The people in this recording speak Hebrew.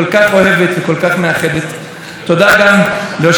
וגם לשגריר ארצות הברית בישראל דייוויד פרידמן,